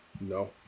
No